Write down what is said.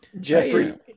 Jeffrey